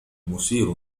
مثير